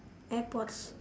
airpods